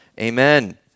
amen